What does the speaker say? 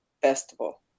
festival